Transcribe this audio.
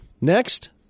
Next